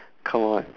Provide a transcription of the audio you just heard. come on